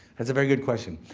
that's a very good question.